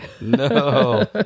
no